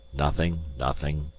nothing, nothing.